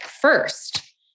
first